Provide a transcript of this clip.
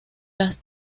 las